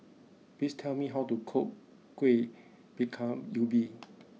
please tell me how to cook Kuih Bingka Ubi